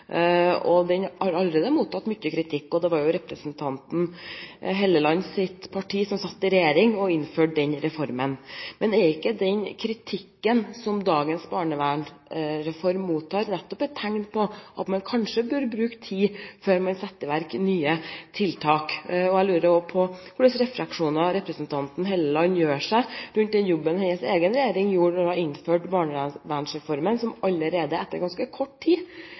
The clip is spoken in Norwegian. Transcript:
og den har allerede mottatt mye kritikk. Representanten Hofstad Hellelands parti satt i regjering og innførte den reformen. Men er ikke den kritikken som dagens barnevernsreform mottar, nettopp et tegn på at man kanskje bør bruke tid før man setter i verk nye tiltak? Jeg lurer også på hvilke refleksjoner representanten Hofstad Helleland gjør seg rundt den jobben hennes egen regjering gjorde da den innførte barnevernsreformen, som allerede etter ganske kort tid